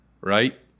right